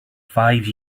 five